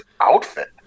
outfit